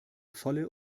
volle